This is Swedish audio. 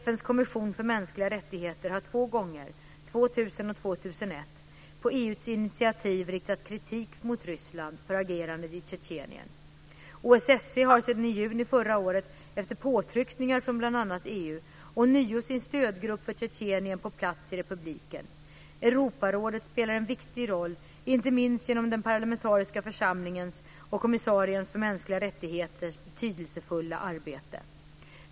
FN:s kommission för mänskliga rättigheter har två gånger - 2000 och 2001 - på EU:s initiativ riktat kritik mot Ryssland för agerandet i Tjetjenien. OSSE har sedan i juni förra året, efter påtryckningar från bl.a. EU, ånyo sin stödgrupp för Tjetjenien på plats i republiken. Europarådet spelar en viktig roll, inte minst genom den parlamentariska församlingens och kommissariens för mänskliga rättigheter betydelsefulla arbete.